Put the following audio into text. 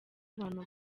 abantu